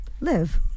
live